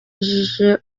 yabajije